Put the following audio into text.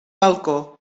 balcó